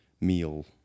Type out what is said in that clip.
meal